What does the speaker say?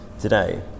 today